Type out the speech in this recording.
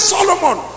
Solomon